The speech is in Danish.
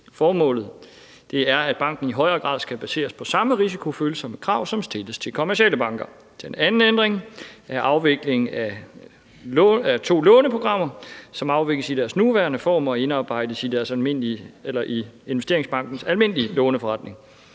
Formålet er, at banken i højere grad skal baseres på samme risikofølsomme krav, som stilles til kommercielle banker. Den anden ændring er afviklingen af to låneprogrammer. De afvikles i deres nuværende form og indarbejdes i investeringsbankens almindelige låneforretning.